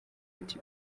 ati